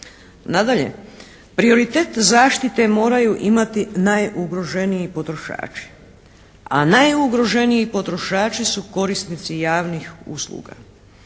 Nadalje, prioritet zaštite moraju imati najugroženiji potrošači, a najugroženiji potrošači su korisnici javnih usluga.